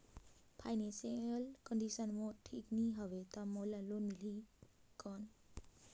Financial condition मोर ठीक नी हवे तो मोला लोन मिल ही कौन??